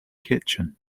kitchen